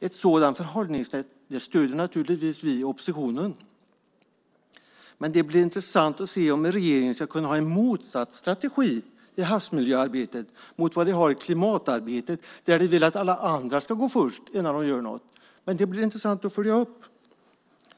Ett sådant förhållningssätt stöder naturligtvis vi i oppositionen. Men det blir intressant att se om regeringen ska kunna ha en motsatt strategi i havsmiljöarbetet mot vad den har i klimatarbetet, där den vill att alla andra ska gå först innan den gör något. Det blir intressant att följa upp detta.